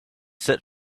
set